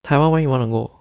taiwan where you want to go